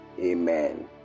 Amen